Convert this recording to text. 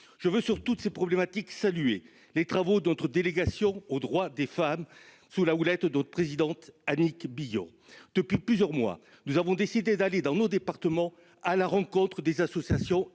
Je veux, sur toutes ces problématiques, saluer les travaux de notre délégation aux droits des femmes, sous la houlette de sa présidente, Annick Billon. Depuis plusieurs mois, nous avons décidé d'aller dans nos départements, à la rencontre des associations engagées